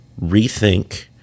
rethink